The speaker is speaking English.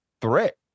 threat